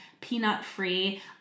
peanut-free